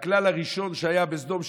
הכלל הראשון שהיה בסדום,